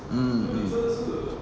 mm mm